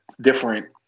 different